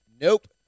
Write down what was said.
nope